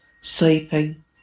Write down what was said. sleeping